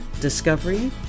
discovery